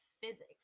physics